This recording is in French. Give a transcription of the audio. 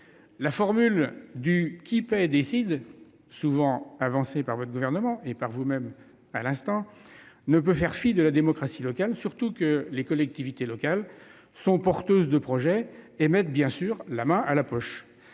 La formule du « qui paie décide », souvent avancée par le Gouvernement et par vous-même à l'instant, ne peut conduire à faire fi de la démocratie locale, d'autant que les collectivités porteuses de projets mettent bien sûr la main à la poche.